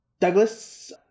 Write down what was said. Douglas